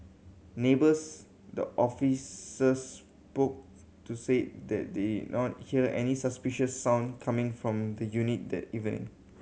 neighbours the officers spoke to said that they not hear any suspicious sound coming from the unit that even